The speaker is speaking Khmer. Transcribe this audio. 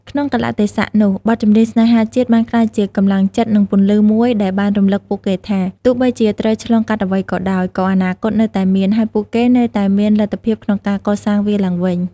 ក្នុងកាលៈទេសៈនោះ បទចម្រៀងស្នេហាជាតិបានក្លាយជា កម្លាំងចិត្ត និង ពន្លឺ មួយដែលបានរំឭកពួកគេថា ទោះបីជាត្រូវឆ្លងកាត់អ្វីក៏ដោយ ក៏អនាគតនៅតែមាន ហើយពួកគេនៅតែមានលទ្ធភាពក្នុងការកសាងវាឡើងវិញ។